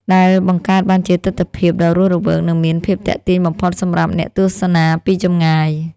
ដែលបង្កើតបានជាទិដ្ឋភាពដ៏រស់រវើក និងមានភាពទាក់ទាញបំផុតសម្រាប់អ្នកទស្សនាពីចម្ងាយ។